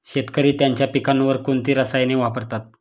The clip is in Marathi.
शेतकरी त्यांच्या पिकांवर कोणती रसायने वापरतात?